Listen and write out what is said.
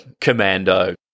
Commando